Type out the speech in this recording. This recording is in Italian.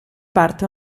parte